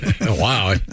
Wow